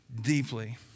deeply